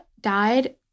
died